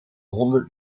honderd